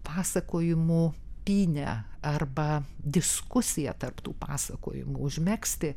pasakojimų pynę arba diskusiją tarp tų pasakojimų užmegzti